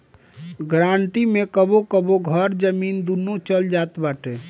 guarantee मे कबो कबो घर, जमीन, दूनो चल जात बाटे